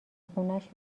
خونش